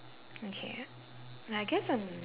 okay ah but I guess I'm